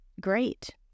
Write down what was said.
great